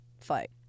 fight